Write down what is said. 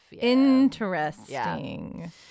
Interesting